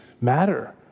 matter